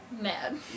mad